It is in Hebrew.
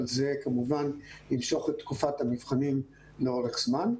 אבל זה כמובן ימשוך את תקופת המבחנים לאורך זמן.